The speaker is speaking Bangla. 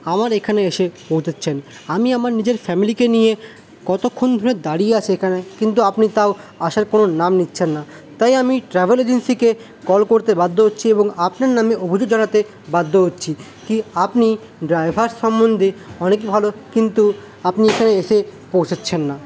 আমার এখানে এসে পৌঁছাচ্ছেন আমি আমার নিজের ফ্যামিলিকে নিয়ে কতক্ষণ ধরে দাঁড়িয়ে আছি এখানে কিন্তু আপনি তাও আসার কোনো নাম নিচ্ছেন না তাই আমি ট্রাভেল এজেন্সিকে কল করতে বাধ্য হচ্ছি এবং আপনার নামে অভিযোগ জানাতে বাধ্য হচ্ছি কি আপনি ড্রাইভার সম্বন্ধে অনেক ভালো কিন্তু আপনি এখানে এসে পৌঁছাচ্ছেন না